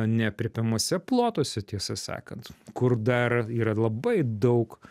neaprėpiamuose plotuose tiesą sakant kur dar yra labai daug